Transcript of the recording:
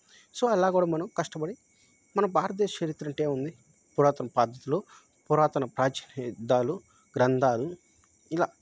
so అలా కూడా మనం కష్టపడి మన భారతదేశ చరిత్రంటే ఏముంది పురాతన పాత్రలు పురాతన ప్రాచీన యుద్ధాలు గ్రంథాలు ఇలా